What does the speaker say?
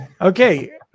Okay